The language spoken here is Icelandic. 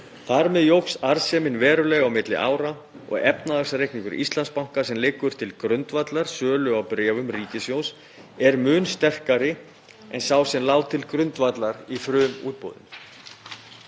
Þar með jókst arðsemin verulega á milli ára og efnahagsreikningur Íslandsbanka sem liggur til grundvallar sölu á bréfum ríkissjóðs er mun sterkari en sá sem lá til grundvallar í frumútboðinu.